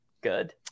good